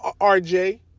RJ